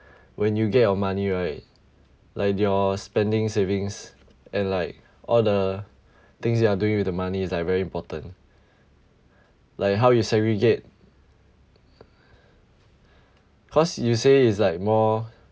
when you get your money right like your spending savings and like all the things you are doing with the money is like very important like how you segregate cause you say it's like more